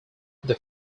they